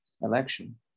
election